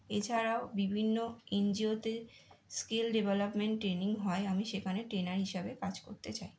এছাড়াও বিভিন্ন N G O তে স্কিল ডেভলপমেন্ট ট্রেনিং হয় আমি সেখানে ট্রেনার হিসাবে কাজ করতে চাই